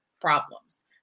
problems